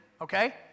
okay